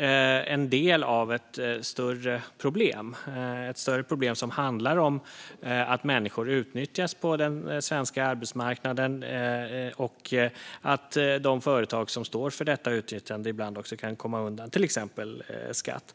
en del av ett större problem - ett problem som handlar om att människor utnyttjas på den svenska arbetsmarknaden och att de företag som står för detta utnyttjande ibland också kan komma undan till exempel skatt.